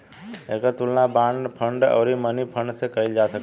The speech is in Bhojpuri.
एकर तुलना बांड फंड अउरी मनी फंड से कईल जा सकता